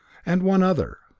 and one other.